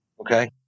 Okay